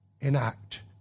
enact